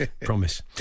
Promise